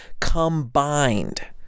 combined